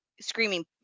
screaming